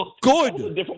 Good